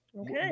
Okay